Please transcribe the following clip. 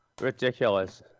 ridiculous